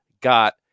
got –